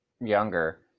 younger